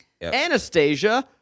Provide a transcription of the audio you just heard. Anastasia